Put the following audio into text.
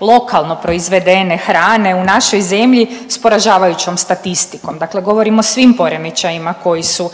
lokalno proizvedene hrane u našoj zemlji s poražavajućom statistikom? Dakle, govorim o svim poremećajima koji su